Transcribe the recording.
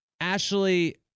Ashley